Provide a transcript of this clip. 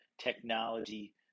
technology